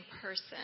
person